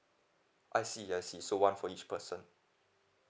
I see I see so one for each person